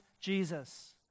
Jesus